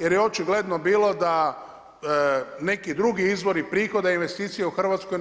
Jer je očigledno bilo da neki drugi izvori prihoda i investicije u Hrvatskoj